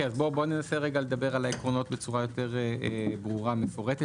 בוא ננסה לדבר על העקרונות בצורה יותר ברורה ומפורטת.